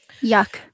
Yuck